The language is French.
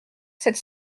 sept